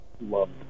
Loved